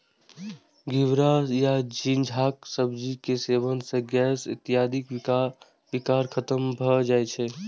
घिवरा या झींगाक सब्जी के सेवन सं गैस इत्यादिक विकार खत्म भए जाए छै